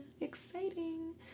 Exciting